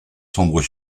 sombres